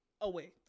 away